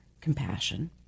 compassion